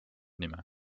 nime